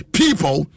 people